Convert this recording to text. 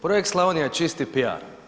Projekt Slavonija je čisti PR.